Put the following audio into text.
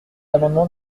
amendement